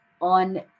on